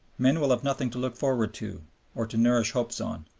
men will have nothing to look forward to or to nourish hopes on.